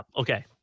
okay